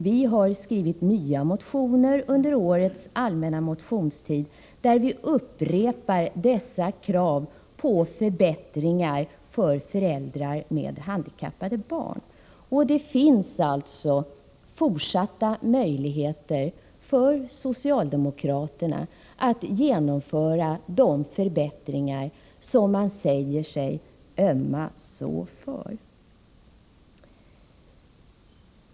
Vi har under årets allmänna motionstid skrivit nya motioner, där vi upprepar dessa krav på förbättringar för föräldrar med handikappade barn. Det finns alltså fortfarande möjligheter för socialdemokraterna att genomföra de förbättringar som de säger sig ömma så för.